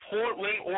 Portland